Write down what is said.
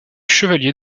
chevalier